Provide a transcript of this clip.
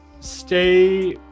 stay